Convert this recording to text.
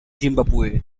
zimbabwe